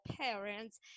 parents